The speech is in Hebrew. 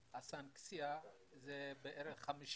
שקל.